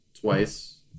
twice